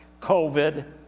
COVID